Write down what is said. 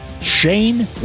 Shane